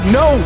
no